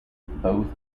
both